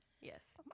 Yes